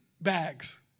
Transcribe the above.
bags